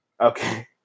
Okay